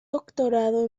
doctorado